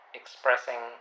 expressing